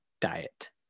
diet